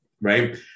Right